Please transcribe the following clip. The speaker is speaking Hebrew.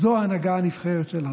זו ההנהגה הנבחרת שלנו.